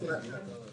תודה.